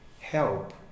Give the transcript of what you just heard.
help